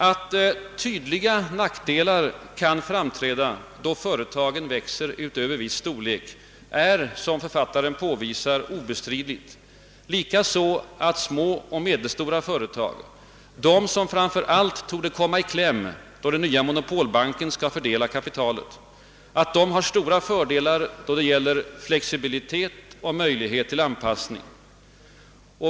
Att tydliga nackdelar kan framträda då företagen växer utöver viss storlek är, som författaren påvisar, obestridligt, likaså att små och medelstora företag, de som framför allt torde komma i kläm då den nya monopolbanken skall fördela kapitalet, har stora fördelar »då det gäller flexibilitet och möjlighet till anpassning».